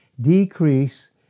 decrease